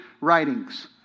Writings